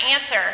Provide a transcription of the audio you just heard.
answer